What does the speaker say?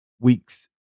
Weeks